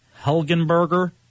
Helgenberger